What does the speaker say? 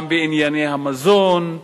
גם בענייני המזון.